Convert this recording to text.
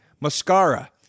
Mascara